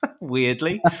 weirdly